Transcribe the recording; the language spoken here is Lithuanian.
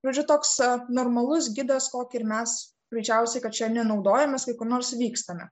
žodžiu toks normalus gidas kokį ir mes greičiausiai kad šiandien naudojamės kai kur nors vykstame